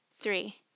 Three